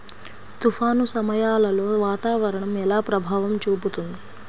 తుఫాను సమయాలలో వాతావరణం ఎలా ప్రభావం చూపుతుంది?